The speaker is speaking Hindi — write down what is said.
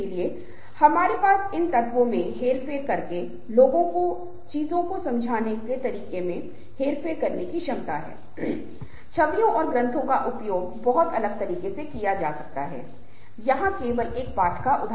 इसका मतलब है कि कभी कभी समूह भंग करने का फैसला करता है कुछ सदस्यों को प्रदर्शन पर खुशी महसूस हो सकती है और कुछ समूह के सदस्यों के साथ नाखुश हो सकते हैं